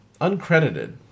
Uncredited